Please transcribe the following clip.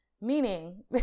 meaning